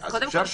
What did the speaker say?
--- קודם כול,